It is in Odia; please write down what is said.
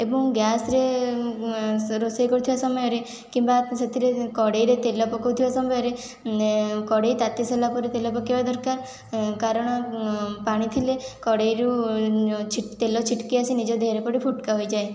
ଏବଂ ଗ୍ୟାସରେ ରୋଷେଇ କରୁଥିବା ସମୟରେ କିମ୍ବା ସେଥିରେ କଡ଼େଇରେ ତେଲ ପକଉଥିବା ସମୟରେ କଡ଼େଇ ତାତି ସାରିବା ପରେ ତେଲ ପକେଇବା ଦରକାର କାରଣ ପାଣି ଥିଲେ କଡ଼େଇରୁ ଛିଟକା ତେଲ ଛିଟିକି ଆସି ନିଜ ଦେହରେ ପଡ଼ି ଫୋଟକା ହୋଇଯାଏ